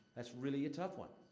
that's really a tough one.